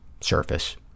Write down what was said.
surface